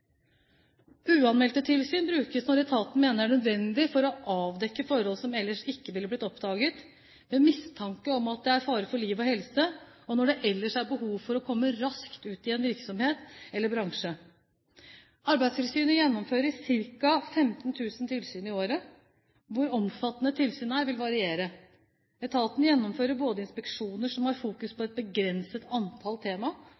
Uanmeldte tilsyn brukes når etaten mener det er nødvendig for å avdekke forhold som ellers ikke ville blitt oppdaget, ved mistanke om at det er fare for liv og helse, og når det ellers er behov for å komme raskt ut i en virksomhet eller bransje. Arbeidstilsynet gjennomfører ca. 15 000 tilsyn i året. Hvor omfattende et tilsyn er, vil variere. Etaten gjennomfører både inspeksjoner som har fokus på et begrenset antall tema,